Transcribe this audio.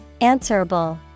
Answerable